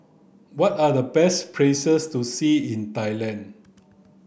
what are the best places to see in Thailand